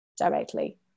directly